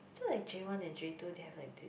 so like J one and J one they have like did